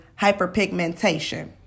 hyperpigmentation